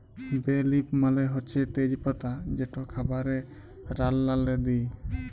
বে লিফ মালে হছে তেজ পাতা যেট খাবারে রাল্লাল্লে দিই